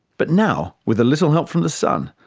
but now, with a little help from the sun,